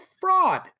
fraud